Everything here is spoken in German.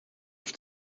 auf